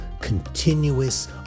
continuous